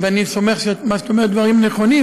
ואני סומך שמה שאת אומרת אלה דברים נכונים,